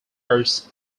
arts